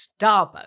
Starbucks